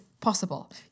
possible